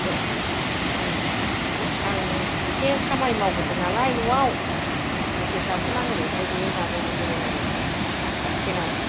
आं एसे खामानि मावगोरदों नालाय न'आव दसे थाथ' नांगोन नोंसोरो बे माबायाव जिरायनानै बासटेनाव